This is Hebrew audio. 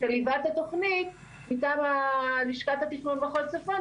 הוא זה שליווה את התכנית מטעם לשכת התכנון של מחוז צפון,